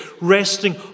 resting